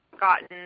gotten